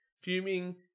Fuming